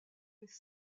les